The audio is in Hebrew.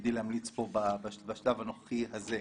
תפקידי להמליץ פה בשלב הנוכחי הזה.